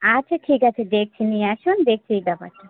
আচ্ছা ঠিক আছে দেখছি নিয়ে আসুন দেখছি এই ব্যাপারটা